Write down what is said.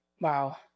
Wow